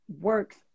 works